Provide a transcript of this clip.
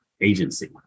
agency